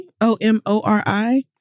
o-m-o-r-i